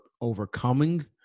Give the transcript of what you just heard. overcoming